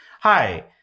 hi